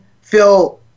feel